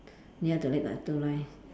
near the lake got two line